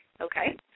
Okay